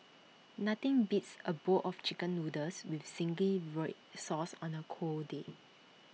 nothing beats A bowl of Chicken Noodles with Zingy Red Sauce on A cold day